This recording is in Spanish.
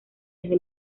desde